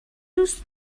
روز